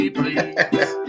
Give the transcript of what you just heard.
please